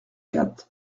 quatre